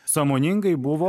sąmoningai buvo